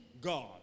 God